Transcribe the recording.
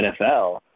nfl